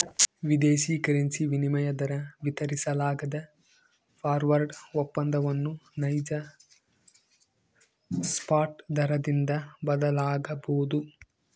ವಿದೇಶಿ ಕರೆನ್ಸಿ ವಿನಿಮಯ ದರ ವಿತರಿಸಲಾಗದ ಫಾರ್ವರ್ಡ್ ಒಪ್ಪಂದವನ್ನು ನೈಜ ಸ್ಪಾಟ್ ದರದಿಂದ ಬದಲಾಗಬೊದು